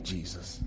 Jesus